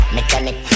Mechanic